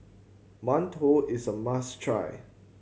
Mantou is a must try